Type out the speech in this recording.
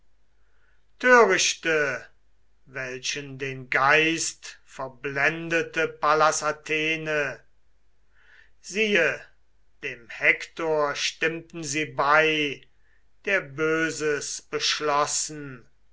törichte welchen den geist verblendete pallas athene siehe dem hektor stimmten sie bei der böses beschlossen